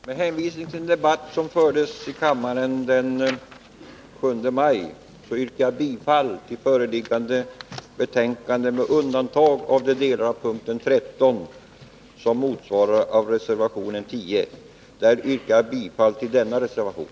Fru talman! Med hänvisning till den debatt som fördes i kammaren den 7 maj yrkar jag bifall till föreliggande betänkande med undantag av de delar av punkten 13 som motsvaras av reservationen 10. Där yrkar jag bifall till denna reservation.